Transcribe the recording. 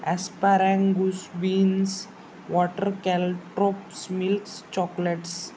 asparagus beans water caltrops milks chocolates